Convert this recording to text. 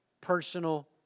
personal